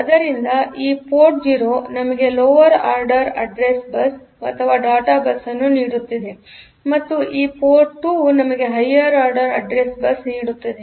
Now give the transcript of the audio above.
ಆದ್ದರಿಂದ ಈ ಪೋರ್ಟ್ 0 ನಮಗೆ ಲೋವರ್ ಆರ್ಡರ್ ಅಡ್ರೆಸ್ ಬಸ್ ಮತ್ತು ಡಾಟಾ ಬಸ್ ಅನ್ನು ನೀಡುತ್ತಿದೆ ಮತ್ತು ಈ ಪೋರ್ಟ್ 2 ನಮಗೆ ಹೈಯರ್ ಆರ್ಡರ್ ಅಡ್ರೆಸ್ ಬಸ್ ನೀಡುತ್ತಿದೆ